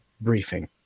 briefing